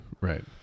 Right